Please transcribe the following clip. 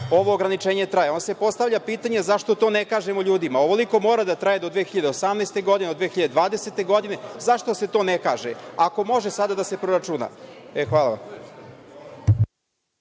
ovo ograničenje traje. Onda se postavlja pitanje – zašto to ne kažemo ljudima? Ovoliko mora da traje do 2018. godine, do 2020. godine. Zašto se to ne kaže, ako može sada da se proračuna? Hvala vam.